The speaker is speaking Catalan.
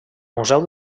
museu